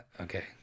Okay